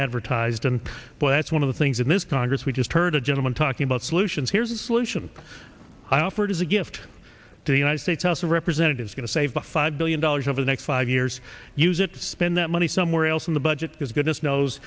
advertised and well that's one of the things in this congress we just heard a gentleman talking about solutions here is a solution i offered as a gift to the united states house of representatives going to save the five billion dollars over the next five years use it to spend that money somewhere else in the budget because goodness knows